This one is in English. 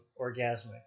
orgasmic